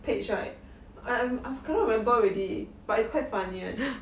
page right I am I cannot remember already but it's quite funny [one]